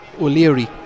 O'Leary